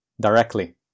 directly